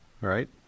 right